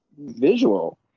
visual